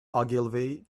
ogilvy